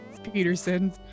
Peterson